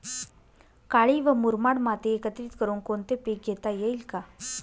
काळी व मुरमाड माती एकत्रित करुन कोणते पीक घेता येईल का?